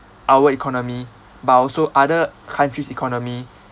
our economy but also other countries' economy